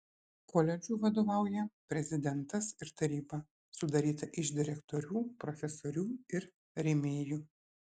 koledžui vadovauja prezidentas ir taryba sudaryta iš direktorių profesorių ir rėmėjų